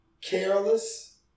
careless